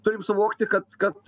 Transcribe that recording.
turim suvokti kad kad